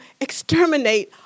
exterminate